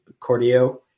cordio